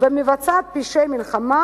ומבצעת פשעי מלחמה,